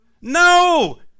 no